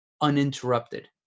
uninterrupted